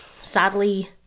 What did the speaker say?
sadly